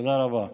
תודה רבה.